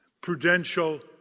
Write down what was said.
Prudential